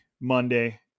Monday